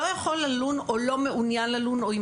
לא יכול ללון או לא מעוניין ללון או עם